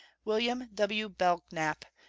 wm. w. belknap,